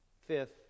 Fifth